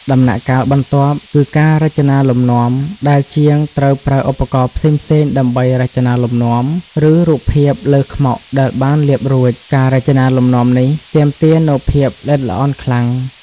ដំណាក់កាលបន្ទាប់គឺ ការរចនាលំនាំ ដែលជាងត្រូវប្រើឧបករណ៍ផ្សេងៗដើម្បីរចនាលំនាំ ឬរូបភាពលើខ្មុកដែលបានលាបរួច ការរចនាលំនាំនេះទាមទារនូវភាពល្អិតល្អន់ខ្លាំង ។